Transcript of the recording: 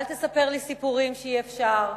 אל תספר לי סיפורים שאי-אפשר,